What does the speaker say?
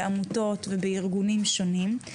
בעמותות ובארגונים שונים,